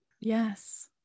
Yes